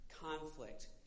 conflict